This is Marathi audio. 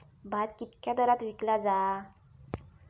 भात कित्क्या दरात विकला जा?